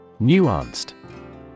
Nuanced